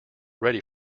ready